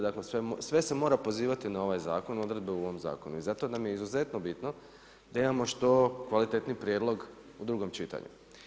Dakle, sve se mora pozivati na ovaj zakon, odredbe u ovom zakonu i zato nam je izuzetno bitno da imamo što kvalitetniji prijedlog u drugom čitanju.